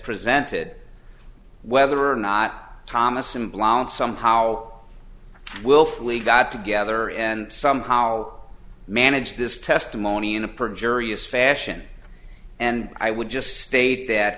presented whether or not thomas and blount somehow willfully got together and somehow managed this testimony in a perjury is fashion and i would just state that